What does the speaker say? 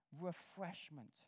refreshment